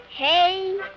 Hey